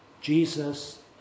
Jesus